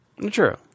true